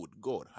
god